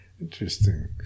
Interesting